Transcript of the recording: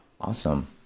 Awesome